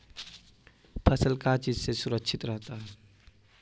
फसल का चीज से सुरक्षित रहता है?